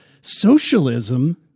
socialism